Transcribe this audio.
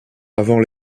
avant